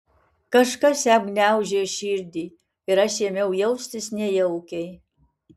kažkas jam gniaužė širdį ir aš ėmiau jaustis nejaukiai